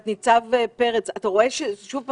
תת ניצב פרץ, מה